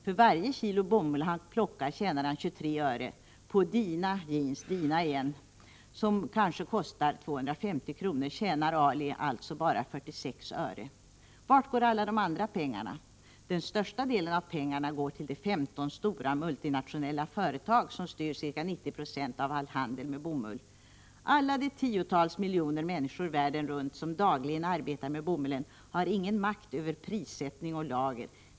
För varje kilo bomull han plockar tjänar han 23 öre. På dina — ordet ”dina” används här igen — jeans som kanske kostar 250 kr. tjänar Ali alltså bara 46 öre. Vart går alla de andra pengarna? Den största delen av pengarna går till de 15 stora multinationella företag som styr ca 90 96 av all handel med bomull. Alla de tiotals miljoner människor världen runt som dagligen arbetar med bomullen har ingen makt över prissättning och lager.